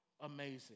Amazing